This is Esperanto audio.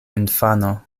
infano